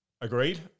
Agreed